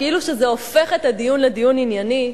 כאילו זה הופך את הדיון לדיון ענייני.